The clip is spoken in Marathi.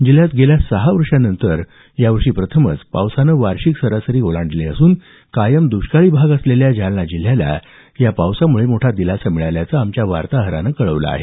जिल्ह्यात मागील सहा वर्षांनंतर यावर्षी पावसानं प्रथमच वार्षिक सरासरी ओलांडली असून कायम द्ष्काळी भाग असलेल्या जालना जिल्ह्याला या दमदार पावसामुळे मोठा दिलासा मिळाल्याचं आमच्या वार्ताहरानं कळवलं आहे